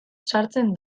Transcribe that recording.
sartzen